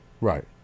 Right